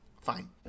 Fine